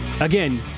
Again